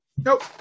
nope